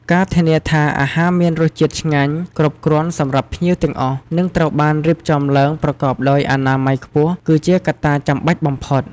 ការធានាថាអាហារមានរសជាតិឆ្ងាញ់ គ្រប់គ្រាន់សម្រាប់ភ្ញៀវទាំងអស់ និងត្រូវបានរៀបចំឡើងប្រកបដោយអនាម័យខ្ពស់ គឺជាកត្តាចាំបាច់បំផុត។